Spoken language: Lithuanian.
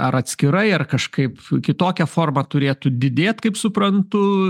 ar atskirai ar kažkaip kitokia forma turėtų didėt kaip suprantu